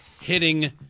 hitting